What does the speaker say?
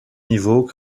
niveau